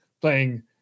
playing